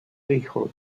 hijo